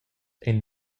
ein